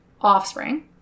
offspring